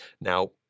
Now